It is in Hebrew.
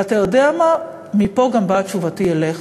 ואתה יודע מה, מפה גם באה תשובתי אליך.